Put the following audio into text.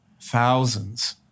thousands